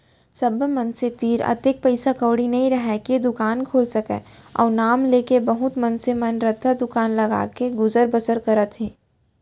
सब्बो मनसे तीर अतेक पइसा कउड़ी नइ राहय के दुकान खोल सकय अई नांव लेके बहुत मनसे मन रद्दा दुकान लगाके गुजर बसर करत हें